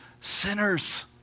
sinners